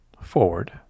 forward